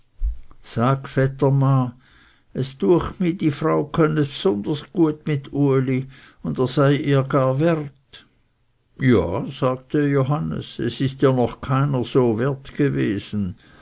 sag vetterma es düecht mih dy frau könn es bsunderbar gut mit uli und er sei ihr gar wert ja sagte johannes es ist ihr noch keiner so wert gewesen